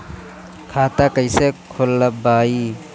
खाता कईसे खोलबाइ?